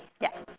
ya